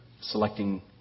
selecting